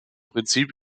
prinzip